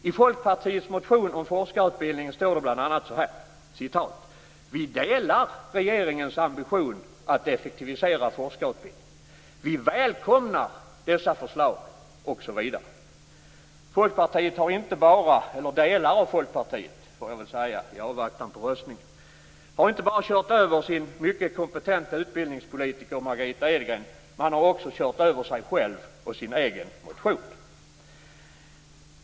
I Folkpartiets motion om forskarutbildningen står det bl.a. så här: "Vi delar regeringens ambition att effektivisera forskarutbildningen." Det står också att Folkpartiet välkomnar dessa förslag osv. Folkpartiet - eller delar av Folkpartiet får jag väl säga i avvaktan på röstningen - har inte bara kört över sin mycket kompetenta utbildningspolitiker Margitta Edgren. Man har också kört över sig själv och sin egen motion.